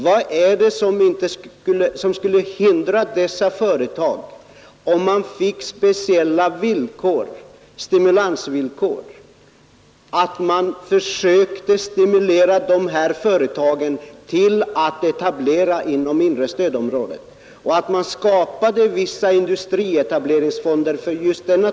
Vad är det som skulle hindra — om man fick speciella stimulansvillkor — att man försökte stimulera dessa företag att etablera filialenheter inom det inre stödområdet? Vårt förslag om skapande av speciella industrietableringsfonder avser just detta.